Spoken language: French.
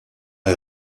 est